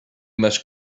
must